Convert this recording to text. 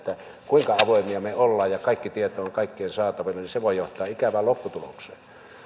kuinka avoimia me olemme jos kaikki tieto on kaikkien saatavilla niin se voi johtaa ikävään lopputulokseen